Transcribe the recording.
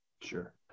Sure